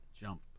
Jump